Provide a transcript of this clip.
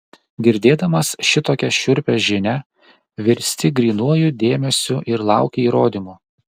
girdėdamas šitokią šiurpią žinią virsti grynuoju dėmesiu ir lauki įrodymų